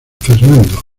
fernando